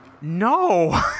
no